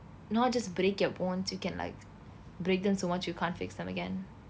not just break you're bones you can like break them so much you can't fix them again